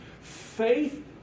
Faith